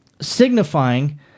signifying